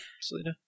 Selena